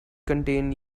contain